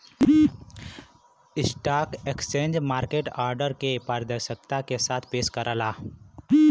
stock exchange market order के पारदर्शिता के साथ पेश करला